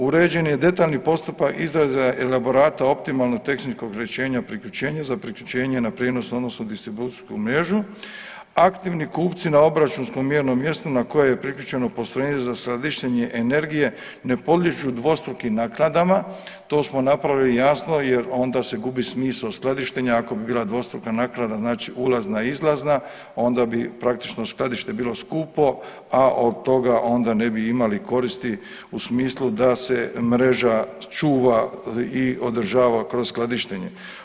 Uređen je detaljni postupak izraza elaborata optimalnog ... priključenje za priključenje na prijenos odnosno distribucijsku mrežu, aktivni kupci na obračunskom mjernom mjestu na koje je priključeno postrojenje za skladištenje energije ne podliježu dvostrukim naknadama, to smo napravili, jasno jer onda se gubi smisao skladištenja ako bi bila dvostruka naknada, znači ulazna, izlazna, onda bi praktično skladište bilo skupo, a od toga onda ne bi imali koristi u smislu da se mreža čuva i održava kroz skladištenje.